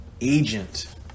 Agent